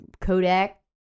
Kodak